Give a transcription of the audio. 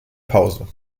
pause